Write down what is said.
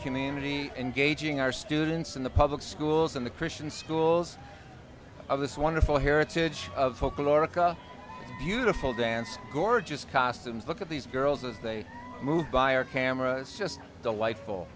community engaging our students in the public schools and the christian schools of this wonderful heritage of folkloric a beautiful dance gorgeous costumes look at these girls as they move by our camera is just delightful